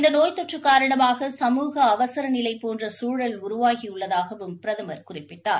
இந்த நோய் தொற்று காரணமாக சமூக அவசர நிலை போன்ற சூழல் உருவாகியுள்ளதாகவும் பிரதமர் குறிப்பிட்டார்